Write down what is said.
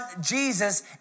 Jesus